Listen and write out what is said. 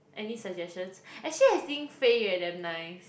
any suggestions actually I think Fei-Yue damn nice